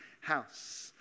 house